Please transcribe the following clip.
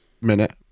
minute